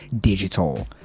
digital